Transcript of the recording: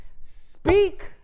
speak